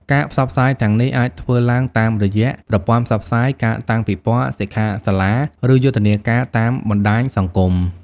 ការផ្សព្វផ្សាយទាំងនេះអាចធ្វើឡើងតាមរយៈប្រព័ន្ធផ្សព្វផ្សាយ ការតាំងពិព័រណ៍ សិក្ខាសាលា ឬយុទ្ធនាការតាមបណ្ដាញសង្គម។